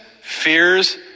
fears